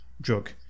drug